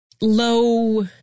low